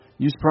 Use